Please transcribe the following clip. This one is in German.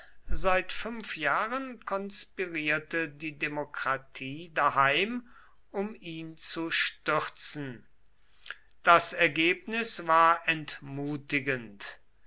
seit fünf jahren konspirierte die demokratie daheim um ihn zu stürzen das ergebnis war entmutigend